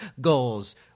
goals